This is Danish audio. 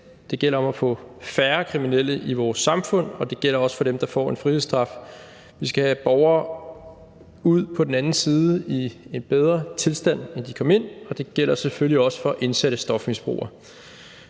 det gælder om at få færre kriminelle i vores samfund, og det gælder også for dem, der får en frihedsstraf. Vi skal have borgere ud på den anden side i en bedre tilstand, end da de kom ind, og det gælder selvfølgelig også for indsatte stofmisbrugere.